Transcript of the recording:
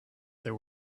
there